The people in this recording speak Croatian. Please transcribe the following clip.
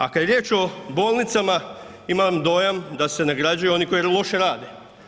A kada je riječ o bolnicama imam dojam da se nagrađuju oni koji loše rade.